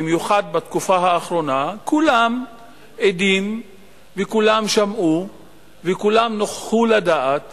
במיוחד בתקופה האחרונה כולם עדים וכולם שמעו וכולם נוכחו לדעת